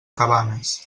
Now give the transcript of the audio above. cabanes